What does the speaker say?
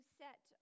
set